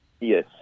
Yes